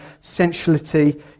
sensuality